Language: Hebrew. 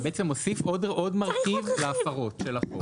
אתה בעצם מוסיף עוד מרכיב להפרות של החוק.